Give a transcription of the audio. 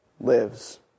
lives